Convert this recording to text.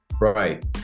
Right